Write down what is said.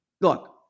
look